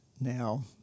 now